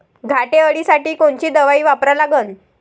घाटे अळी साठी कोनची दवाई वापरा लागन?